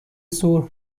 سرخ